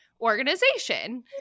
organization